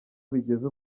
bigeze